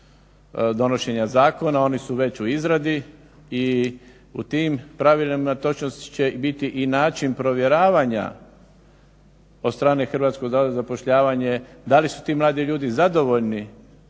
donošenja zakona. Oni su već u izradi i u tim pravilima točno će biti i način provjeravanja od strane Hrvatskog zavoda za zapošljavanje da li su ti mladi ljudi zadovoljni